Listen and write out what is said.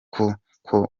kuko